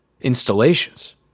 installations